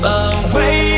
away